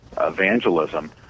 evangelism